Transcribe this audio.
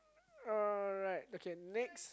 alright okay next